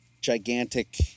gigantic